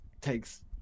takes